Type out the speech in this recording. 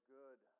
good